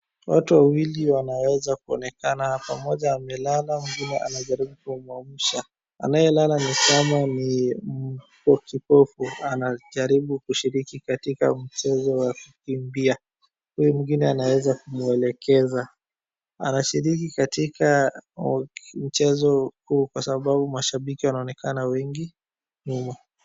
Watu wawili wanaweza kuonekana hapa. Mmoja amelala naye mwingine anajaribu kumwamsha. Anayelala ni kama ni kipofu anayejaribu kushiriki katika mchezo wa kukimbia. Huyu mwingine anaweeza kumwelekeza. Anayeshiriki katika mchezo huu kwa sababu mashambiki wanaonekana wengi mno.